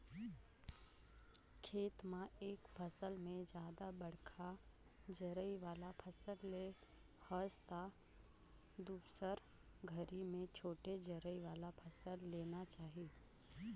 खेत म एक फसल में जादा बड़खा जरई वाला फसल ले हस त दुसर घरी में छोटे जरई वाला फसल लेना चाही